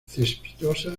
cespitosa